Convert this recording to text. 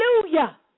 Hallelujah